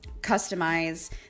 customize